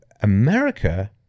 America